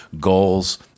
goals